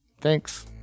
Thanks